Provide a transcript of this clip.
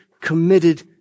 committed